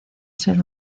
ser